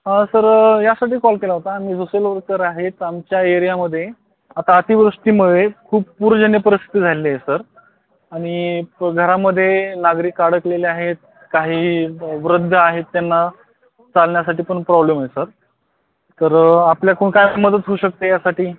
हां सर यासाठी कॉल केला होता आम्ही सोशल वर्कर आहेत आमच्या एरियामध्ये आता अतिवृष्टीमुळे खूप पूरजन्य परिस्थिती झालेली आहे सर आणि प घरामध्ये नागरिक अडकलेले आहेत काही वृद्ध आहेत त्यांना चालण्यासाठी पण प्रॉब्लेम आहे सर तर आपल्याकडून काय मदत होऊ शकते यासाठी